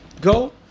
Go